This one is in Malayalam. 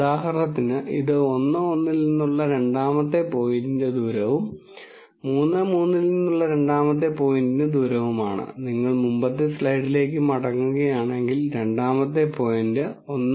ഉദാഹരണത്തിന് ഇത് 1 1 ൽ നിന്നുള്ള രണ്ടാമത്തെ പോയിന്റിന്റെ ദൂരവും 3 3 ൽ നിന്നുള്ള രണ്ടാമത്തെ പോയിന്റിന്റെ ദൂരവുമാണ് നിങ്ങൾ മുമ്പത്തെ സ്ലൈഡിലേക്ക് മടങ്ങുകയാണെങ്കിൽ രണ്ടാമത്തെ പോയിന്റ് 1